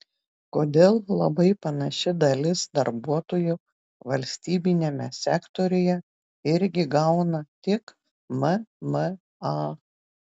kodėl labai panaši dalis darbuotojų valstybiniame sektoriuje irgi gauna tik mma